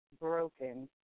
broken